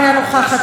אינה נוכחת,